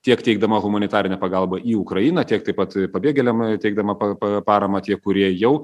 tiek teikdama humanitarinę pagalbą į ukrainą tiek taip pat pabėgėliam teikdama pag e paramą tie kurie jau